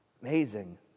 Amazing